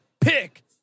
Pick